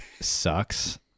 sucks